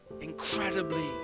incredibly